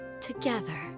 together